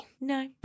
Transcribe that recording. No